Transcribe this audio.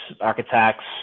architects